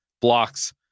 blocks